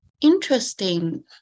interesting